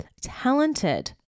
talented